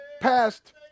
past